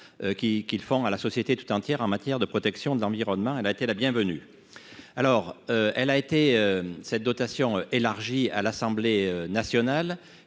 qu'ils font à la société toute entière en matière de protection de l'environnement, elle a été la bienvenue, alors elle a été cette dotation élargi à l'Assemblée nationale